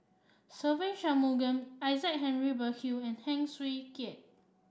Se Ve Shanmugam Isaac Henry Burkill and Heng Swee Keat